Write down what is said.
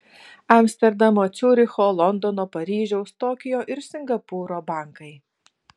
amsterdamo ciuricho londono paryžiaus tokijo ir singapūro bankai